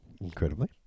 Incredibly